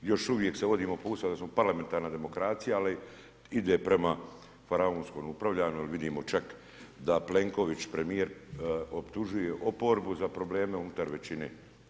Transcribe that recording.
Još uvijek se vodimo po Ustavu da smo parlamentarna demokracija, ali ide prema faraonskom upravljanju jer vidimo čak da Plenković premijer, optužuje oporbu za probleme unutar većine.